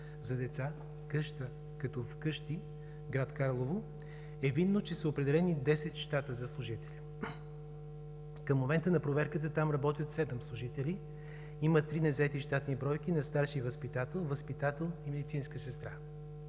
за деца „Къща като вкъщи“ – град Карлово, е видно, че са определени 10 щата за служители. Към момента на проверката там работят седем служители, има три незаети щатни бройки на старши възпитател, възпитател и медицинска сестра.